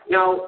Now